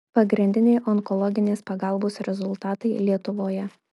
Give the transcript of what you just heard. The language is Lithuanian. pagrindiniai onkologinės pagalbos rezultatai lietuvoje